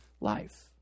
life